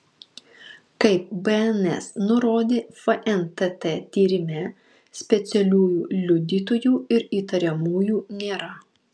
kaip bns nurodė fntt tyrime specialiųjų liudytojų ir įtariamųjų nėra